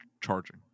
charging